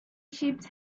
ships